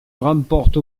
remporte